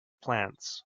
plants